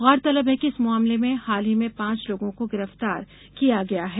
गौरतलब है कि इस मामले में हाल ही में पांच लोगों को गिरफ़तार किया गया है